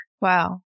Wow